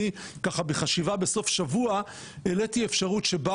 אני ככה בחשיבה בסוף שבוע העליתי אפשרות שבה